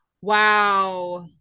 Wow